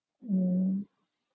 mm